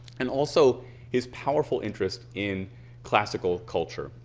and also his powerful interest in classical culture.